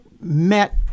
met